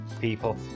people